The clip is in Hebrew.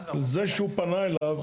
זה שהוא פנה אליו,